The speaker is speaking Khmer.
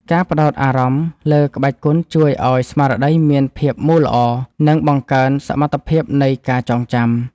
ការផ្ដោតអារម្មណ៍លើក្បាច់គុណជួយឱ្យស្មារតីមានភាពមូលល្អ និងបង្កើនសមត្ថភាពនៃការចងចាំ។